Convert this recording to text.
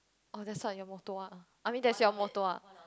oh that's what your motto ah I mean that's your motto ah